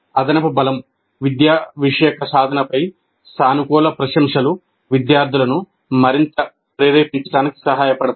అదనపు బలం విద్యావిషయక సాధనపై సానుకూల ప్రశంసలు విద్యార్థులను మరింత ప్రేరేపించటానికి సహాయపడతాయి